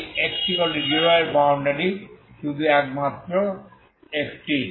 তাই x 0 এ boundary শুধুমাত্র একটি